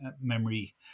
memory